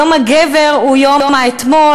יום הגבר הוא יום האתמול,